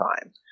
time